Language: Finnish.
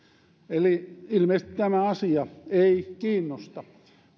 eli ilmeisesti tämä asia ei kiinnosta